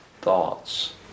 thoughts